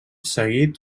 seguit